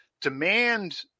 demand